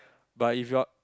but if you are